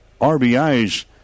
RBIs